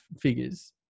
figures